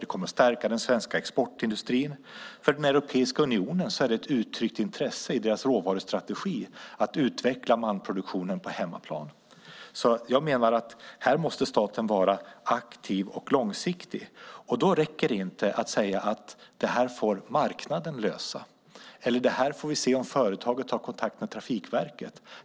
Det kommer att stärka den svenska exportindustrin. För Europeiska unionen är ett uttryckt intresse i deras råvarustrategi att utveckla malmproduktionen på hemmaplan. Jag menar därför att staten här måste vara aktiv och se långsiktigt på det hela. Då räcker det inte att säga att det får marknaden lösa eller att vi får se om företaget har kontakt med Trafikverket.